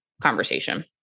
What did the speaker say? conversation